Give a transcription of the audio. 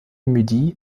midi